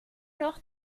noch